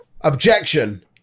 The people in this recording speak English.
Objection